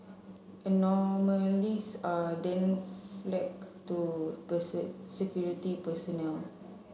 anomalies are then flagged to security personnel